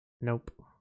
Nope